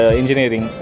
engineering